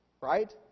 right